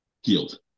healed